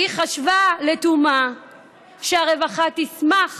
היא חשבה לתומה שהרווחה תשמח